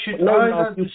No